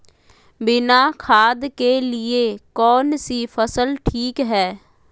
बिना खाद के लिए कौन सी फसल ठीक है?